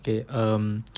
okay um